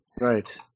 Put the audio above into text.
Right